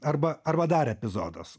arba arba dar epizodas